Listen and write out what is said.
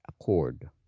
accord